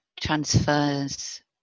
transfers